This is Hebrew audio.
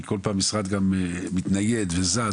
כל משרד מתנייד וזז,